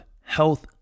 health